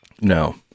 No